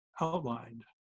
outlined